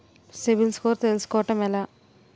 CIBIL score తెల్సుకోటం ఎలా?